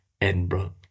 Edinburgh